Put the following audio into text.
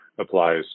applies